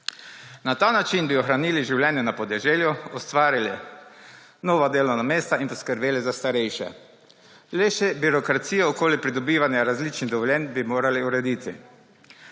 Na ta način bi ohranili življenje na podeželju, ustvarili nova delovna mesta in poskrbeli za starejše. Le še birokracijo okoli pridobivanja različnih dovoljenj bi morali urediti.